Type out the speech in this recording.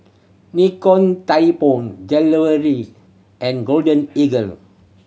Nikon Tianpo and Golden Eagle